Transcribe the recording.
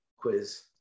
quiz